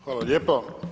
Hvala lijepo.